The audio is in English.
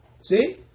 see